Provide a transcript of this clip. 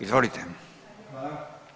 Izvolite.